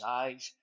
eyes